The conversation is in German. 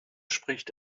spricht